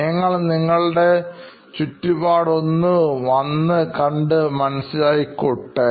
ഞങ്ങൾ നിങ്ങളുടെ ചുറ്റുപാടും ഒന്ന് മനസ്സിലാക്കിക്കൊട്ടെ